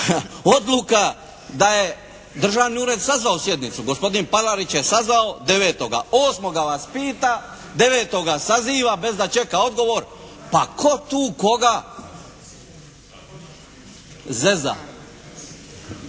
odluka da je državni ured sazvao sjednicu, gospodin Palarić je sazvao, 9.8. vas pita, 9. saziva bez da čeka odgovor. Pa tko tu koga zeza?